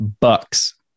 bucks